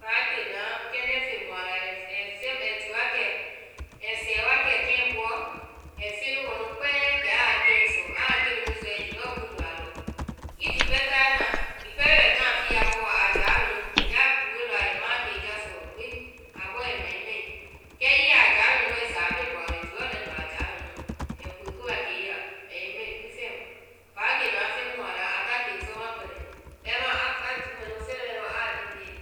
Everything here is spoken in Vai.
Páakenaã kɛndɛ́ feŋ mu a la, ai ti wa kɛ, ai sɛɛ wa kɛ keŋɛ buɔ ai feŋ nu bɔ nu kpɛɛ kɛ a a keŋɛ sɔ. Aa keŋ mɛ nu sɔe ai ti lɔɔ buŋndɔ a lɔ. I ti pɛɛ tayɛ na, hiŋi pɛɛ bɛɛ i bɛ tana fiya kɔ wa, a jáa mɛnu ya tue lɔɔ a ai ma wa kɛ i jasoɔ gbi. A bɔɔ ai ma i mai, kɛ hiŋi a jáa mɛnu wai sáa a bee bɔaŋ ai ti lɔɔ lɛŋndɔ a jáa mɛnuɔ. Ai koekoe ya i la, ai yɛ i mai gbi fɛma. Páakenaã feŋ mu a la, a ta keŋ sɔ ma kpɛlɛ, bɛimaã a júu mɛ nu fɛmae lɔɔ a lɛŋ nde,